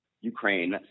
Ukraine